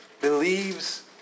believes